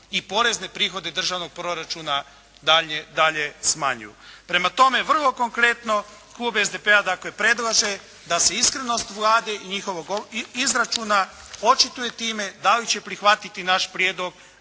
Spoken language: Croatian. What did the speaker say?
i porezne prihode državnog proračuna dalje smanjuju. Prema tome, vrlo konkretno klub SDP-a dakle predlaže da se iskrenost Vlade i njihovog izračuna očituje time da li će prihvatiti naš prijedlog